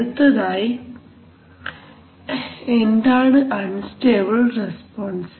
അടുത്തതായി എന്താണ് unstable response